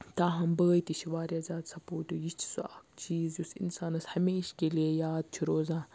تاہَم بٲے تہِ چھِ واریاہ زیادٕ سَپوٹِو یہِ تہِ چھُ سُہ اَکھ چیٖز یُس اِنسانَس ہَمیٚشہٕ کے لِیے یاد چھُ روزان